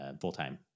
full-time